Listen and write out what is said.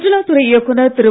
சுற்றுலாத் துறை இயக்குநர் திரு